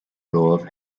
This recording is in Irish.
romhaibh